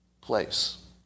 place